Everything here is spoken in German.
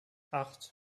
acht